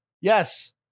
Yes